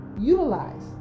utilize